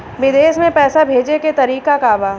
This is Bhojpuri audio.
विदेश में पैसा भेजे के तरीका का बा?